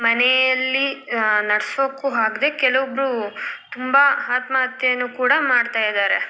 ಮನೆಯಲ್ಲಿ ನಡ್ಸೋಕ್ಕೂ ಆಗ್ದೆ ಕೆಲ್ವೊಬ್ರು ತುಂಬ ಆತ್ಮಹತ್ಯೆನು ಕೂಡ ಮಾಡ್ತಾ ಇದ್ದಾರೆ